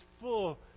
full